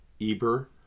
Eber